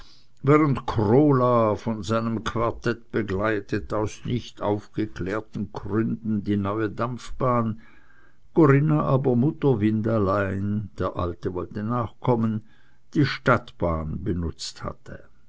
während krola von seinem quartett begleitet aus nicht aufgeklärten gründen die neue dampfbahn corinna aber mutterwindallein der alte wollte nachkommen die stadtbahn benutzt hatte